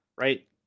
right